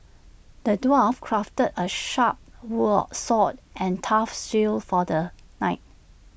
the dwarf crafted A sharp wall sword and tough shield for the knight